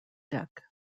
deck